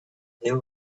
there